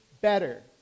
better